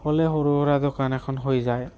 হ'লে সৰু সুৰা দোকান এখন হৈ যায়